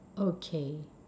okay